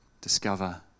discover